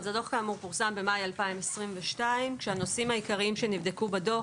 הדוח פורסם במאי 2022. הנושאים העיקריים שנבדקו בדוח